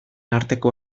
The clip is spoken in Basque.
arteko